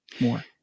more